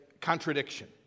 contradiction